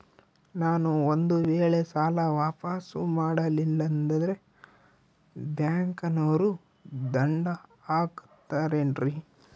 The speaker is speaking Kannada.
ನಾನು ಒಂದು ವೇಳೆ ಸಾಲ ವಾಪಾಸ್ಸು ಮಾಡಲಿಲ್ಲಂದ್ರೆ ಬ್ಯಾಂಕನೋರು ದಂಡ ಹಾಕತ್ತಾರೇನ್ರಿ?